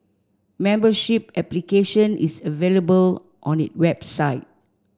membership application is available on it website